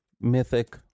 mythic